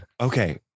Okay